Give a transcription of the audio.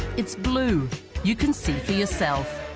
it's blue you can see for yourself